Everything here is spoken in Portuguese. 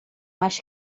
mais